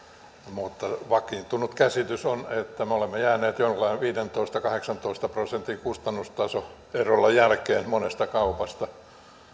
mutta vakiintunut käsitys on että me olemme jääneet jollain viidentoista viiva kahdeksantoista prosentin kustannustasoerolla jälkeen monesta kaupasta